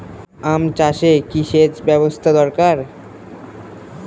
আম চাষে কি সেচ ব্যবস্থা দরকার?